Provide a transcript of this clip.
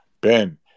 Ben